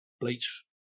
bleach